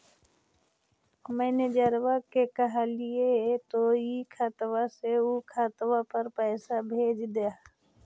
मैनेजरवा के कहलिऐ तौ ई खतवा से ऊ खातवा पर भेज देहै?